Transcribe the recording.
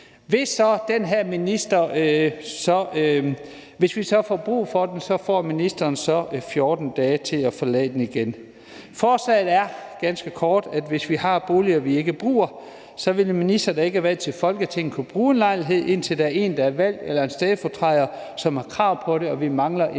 Hvis vi så får brug for boligen, får ministeren så 14 dage til at forlade den igen. Forslaget er ganske kort, at hvis vi har boliger, vi ikke bruger, så vil en minister, der ikke er valgt til Folketinget, kunne bruge en lejlighed, indtil der er en, der er valgt, eller en stedfortræder, som har krav på det og mangler en